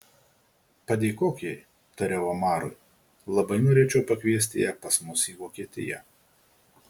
padėkok jai tariau omarui labai norėčiau pakviesti ją pas mus į vokietiją